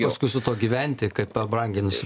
paskui su tuo gyventi kad pabrangins